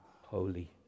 holy